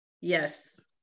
Yes